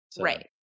Right